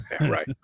Right